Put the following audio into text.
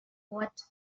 what